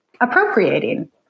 appropriating